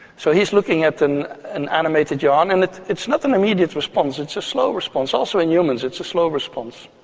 so he is looking at an an animated yawn, and it's it's not an immediate response, it's a slow response. also in humans it's a slow response.